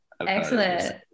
Excellent